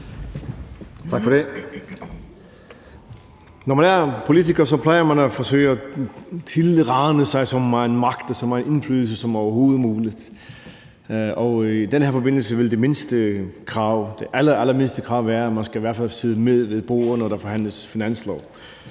Når man er politiker, plejer man at forsøge at tilrane sig så megen magt og så megen indflydelse som overhovedet muligt, og i den her forbindelse vil det allerallermindste krav være, at man i hvert fald skal sidde med ved bordet, når der forhandles finanslov.